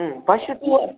पश्यतु